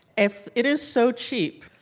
if it is so cheap,